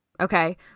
Okay